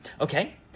okay